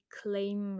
claim